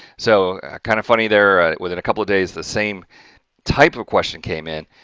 so kind of funny there within a couple of days, the same type of question came in,